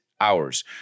hours